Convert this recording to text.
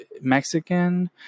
Mexican